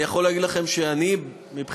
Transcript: אני יכול להגיד לכם שאני מבחינתי,